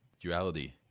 duality